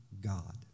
God